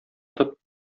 тып